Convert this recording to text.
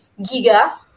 giga